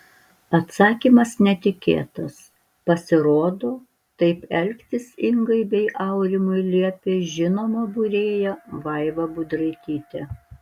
atsakymas netikėtas pasirodo taip elgtis ingai bei aurimui liepė žinoma būrėja vaiva budraitytė